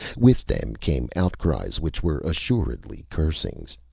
with them came outcries which were assuredly cursings.